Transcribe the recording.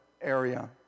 area